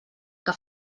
que